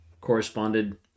corresponded